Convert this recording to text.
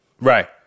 Right